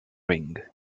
ring